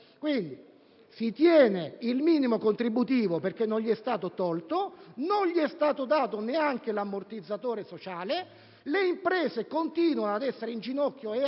Si tiene il minimo contributivo - non gli è stato tolto - e non gli viene dato neanche l'ammortizzatore sociale; le imprese continuano a rimanere in ginocchio e così